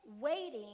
waiting